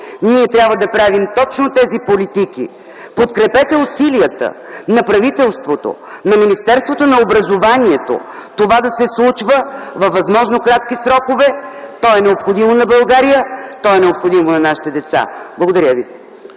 ние трябва да правим точно тези политики. Подкрепете усилията на правителството, на Министерството на образованието, това да се случва във възможно кратки срокове. То е необходимо на България. То е необходимо на нашите деца. Благодаря ви.